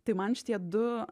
tai man šitie du